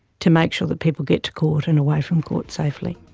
to make sure that people get to court and away from court safely.